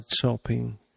shopping